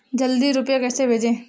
जल्दी रूपए कैसे भेजें?